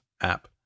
app